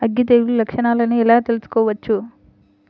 అగ్గి తెగులు లక్షణాలను ఎలా తెలుసుకోవచ్చు?